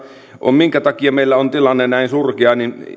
minkä takia meillä on tilanne näin surkea